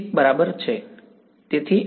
હા તેથી આ 1 હશે